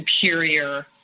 superior